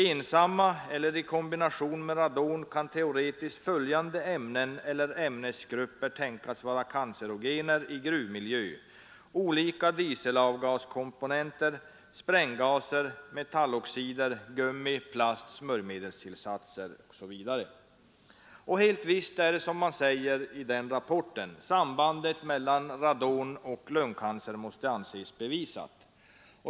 Ensamma, eller i kombination med radon, kan teoretiskt följande ämnen eller ämnesgrupper tänkas vara cancerogener i gruvmiljö: olika dieselavgaskomponenter, spränggaser, metalloxider, gummi, plast, smörjmedelstillsatser.” Helt visst är det så som man säger i rapporten. Sambandet mellan radon och lungcancer måste anses bevisat.